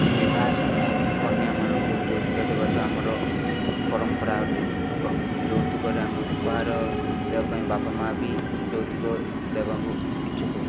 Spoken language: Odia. ବିବାହ ସମୟରେ କନ୍ୟାମାନଙ୍କୁ ଯୌତୁକ ଦେବା ତ ଆମର ପରମ୍ପରା ଅଟେ ଓ ଯୌତୁକରେ ଆମେ ଉପହାର ଦେବା ପାଇଁ ବାପା ମା' ବି ଯୌତୁକ ଦେବାକୁ ଇଚ୍ଛୁକ